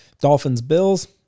Dolphins-Bills